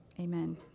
Amen